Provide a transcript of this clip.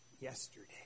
yesterday